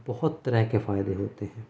بہت طرح کے فائدے ہوتے ہیں